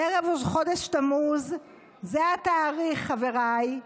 ערב ראש חודש תמוז זה התאריך, חבריי,